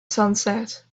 sunset